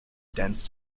dense